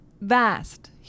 vast